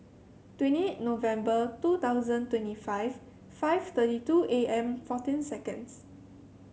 twenty eight November two thousand twenty five five thirty two A M fourteen seconds